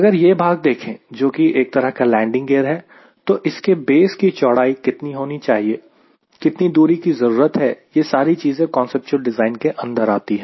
अगर यह भाग देखें जोकि एक तरह का लैंडिंग गियर हैं तो इसके बेस की चौड़ाई कितनी होनी चाहिए कितनी दूरी की जरूरत है यह सारी चीजें कांसेप्चुअल डिज़ाइन के अंदर आती है